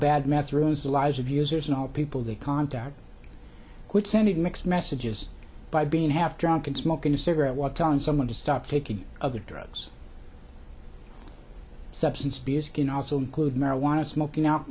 bad meth ruins the lives of users and all people they contact quit sending mixed messages by being half drunk and smoking a cigarette while telling someone to stop taking other drugs substance abuse can also include marijuana smoking out